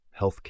healthcare